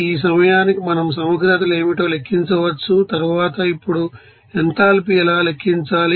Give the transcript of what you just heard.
ఈ సమయానికి మనం సమగ్రతలు ఏమిటో లెక్కించవచ్చు తరువాత ఇప్పుడుఎంథాల్పీ ఎలా లెక్కించాలి